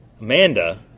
Amanda